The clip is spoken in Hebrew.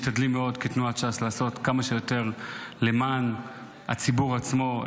בתנועת ש"ס אנחנו משתדלים מאוד לעשות כמה שיותר למען הציבור עצמו,